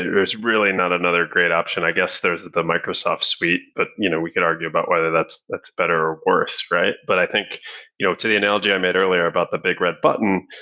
there's really not a great option. i guess there's the microsoft suite, but you know we could argue about whether that's that's better or worse, right? but i think you know to the analogy i made earlier about the big red button.